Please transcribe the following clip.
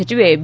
ಸಚಿವೆ ಬಿ